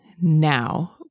now